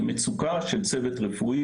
זה מצוקה של צוות רפואי,